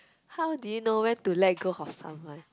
how do you know when to let go of someone